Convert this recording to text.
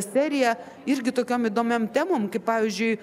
seriją irgi tokiom įdomiom temom kaip pavyzdžiui